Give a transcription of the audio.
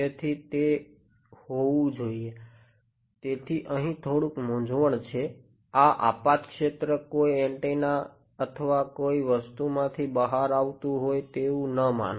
તેથી તે હોવું જોઈએ તેથી અહી થોડુક મુંજવણ છે આ આપાત ક્ષેત્ર કોઈ એન્ટેના અથવા કોઈ વસ્તુ માંથી બહાર આવતું હોય તેવું ન માનો